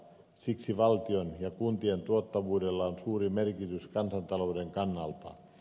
siksi valtion ja kuntien tuottavuudella on suuri merkitys kansantalouden kannalta